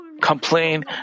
complain